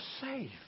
safe